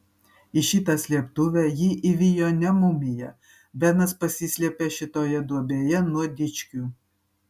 į šitą slėptuvę jį įvijo ne mumija benas pasislėpė šitoje duobėje nuo dičkių